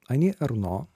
ani arno